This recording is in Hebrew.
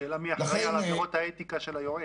שאלה מי אחראי על עבירות האתיקה של היועץ.